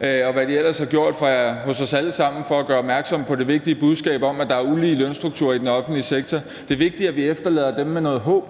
og hvad de ellers har gjort hos os alle sammen for at gøre opmærksom på det vigtige budskab om, at der er ulige lønstrukturer i den offentlige sektor, efterlader dem med noget håb.